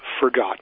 Forgotten